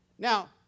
Now